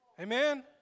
Amen